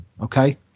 okay